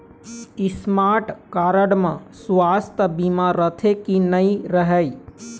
Smart card म सुवास्थ बीमा रथे की नई रहे?